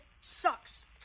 sucks